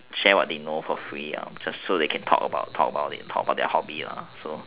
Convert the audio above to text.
share what they know for free just so that they can talk about it talk about their hobby so